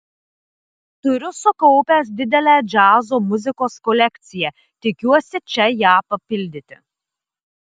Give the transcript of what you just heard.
turiu sukaupęs didelę džiazo muzikos kolekciją tikiuosi čia ją papildyti